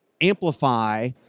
amplify